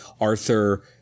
Arthur